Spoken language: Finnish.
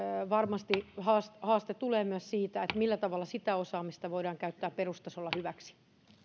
varmasti haaste haaste tulee myös siitä millä tavalla sitä osaamista voidaan käyttää perustasolla hyväksi